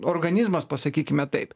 organizmas pasakykime taip